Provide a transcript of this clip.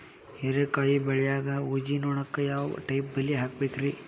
ಹೇರಿಕಾಯಿ ಬೆಳಿಯಾಗ ಊಜಿ ನೋಣಕ್ಕ ಯಾವ ಟೈಪ್ ಬಲಿ ಹಾಕಬೇಕ್ರಿ?